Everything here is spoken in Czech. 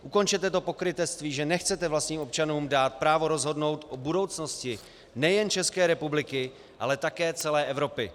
Ukončete to pokrytectví, že nechcete vlastním občanům dát právo rozhodnout o budoucnosti nejen České republiky, ale také celé Evropy.